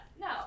No